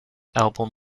album